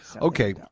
Okay